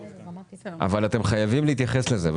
אבל אתם חייבים להתייחס לזה.